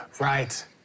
Right